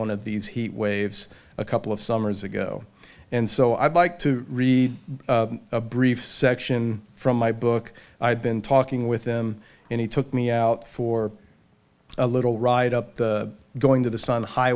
one of these heat waves a couple of summers ago and so i'd like to read a brief section from my book i've been talking with him and he took me out for a little ride up going to the sun